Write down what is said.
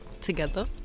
together